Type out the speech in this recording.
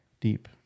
deep